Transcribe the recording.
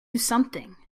something